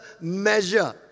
measure